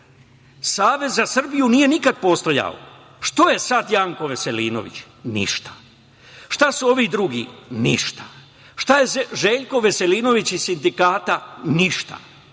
Savez za Srbiju nije nikad postojao. Šta je sad Janko Veselinović? Ništa. Šta su ovi drugi? Ništa. Šta je Željko Veselinović iz Sindikata? Ništa.